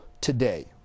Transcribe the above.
today